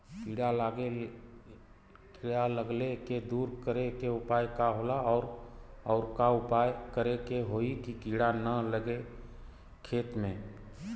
कीड़ा लगले के दूर करे के उपाय का होला और और का उपाय करें कि होयी की कीड़ा न लगे खेत मे?